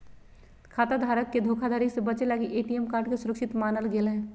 खाता धारक के धोखाधड़ी से बचे लगी ए.टी.एम कार्ड के सुरक्षित मानल गेलय